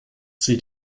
sie